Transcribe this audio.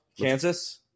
Kansas